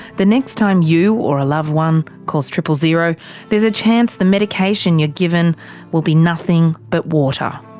the next time you or a loved one calls triple-zero there's a chance the medication you're given will be nothing but water.